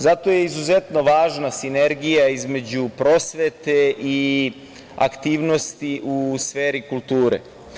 Zato je izuzetno važna sinergija između prosvete i aktivnosti u sferi kulture.